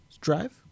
drive